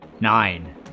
Nine